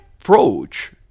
approach